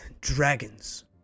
dragons